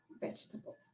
vegetables